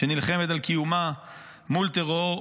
שנלחמת על קיומה מול טרור,